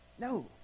No